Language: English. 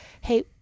hey